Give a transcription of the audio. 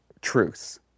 truths